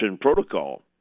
protocol